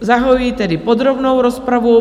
Zahajuji tedy podrobnou rozpravu.